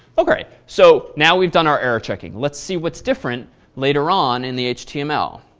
ok. so, now we've done our error-checking. let's see what's different later on in the html.